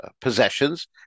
possessions